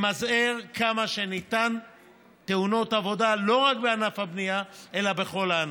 למזער תאונות עבודה ככל שאפשר לא רק בענף הבנייה אלא בכל הענפים.